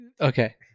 Okay